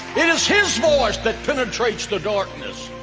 it is his voice that penetrates the darkness.